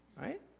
Right